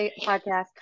podcast